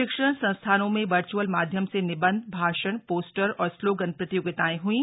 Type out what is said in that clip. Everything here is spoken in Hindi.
शिक्षण संस्थानों में वर्चअल माध्यम से निबन्ध भाषण पोस्टर और स्लोगन प्रतियोगिताएं हईं